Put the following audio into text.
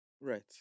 right